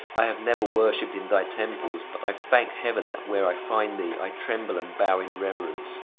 i have never worshiped in thy temples, but i thank heaven that where i find thee, i tremble and bow in reverence.